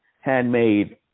handmade